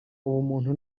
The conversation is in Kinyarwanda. ubumuntu